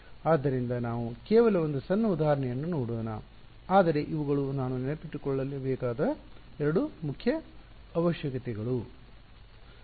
ಆದ್ದರಿಂದ ನಾವು ಕೇವಲ ಒಂದು ಸಣ್ಣ ಉದಾಹರಣೆಯನ್ನು ನೋಡೋಣ ಆದರೆ ಇವುಗಳು ನಾವು ನೆನಪಿನಲ್ಲಿಟ್ಟುಕೊಳ್ಳಬೇಕಾದ ಎರಡು ಮುಖ್ಯ ಅವಶ್ಯಕತೆಗಳು